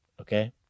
okay